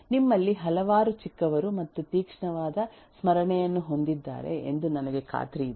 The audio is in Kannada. ನಿಮ್ಮಲ್ಲಿ ಹಲವರು ಚಿಕ್ಕವರು ಮತ್ತು ತೀಕ್ಷ್ಣವಾದ ಸ್ಮರಣೆಯನ್ನು ಹೊಂದಿದ್ದಾರೆ ಎಂದು ನನಗೆ ಖಾತ್ರಿಯಿದೆ